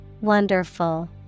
Wonderful